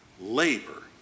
labor